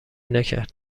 نکرد